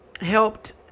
helped